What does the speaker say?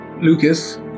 Lucas